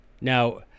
Now